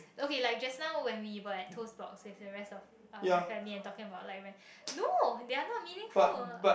okay like just now when we were at Toast-Box with the rest of my uh family and talking about like rent no they are not meaningful